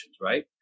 right